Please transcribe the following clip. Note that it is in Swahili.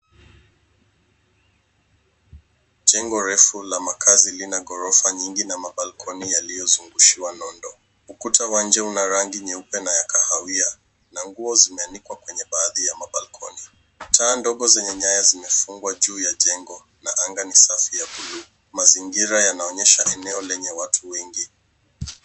Jengo refu la makazi, lina ghorofa nyingi na mabalkoni yaliyozungushwa nondo. Ukuta wa nje una rangi nyeupe na ya kahawia na nguo zimeanikwa kwenye baadhi ya mabalkoni. Taa ndogo zenye nyaya zimefungwa juu ya jengo na anga ni safi ya buluu. Mazingira yanaonyesha eneo lenye watu wengi.